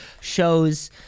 shows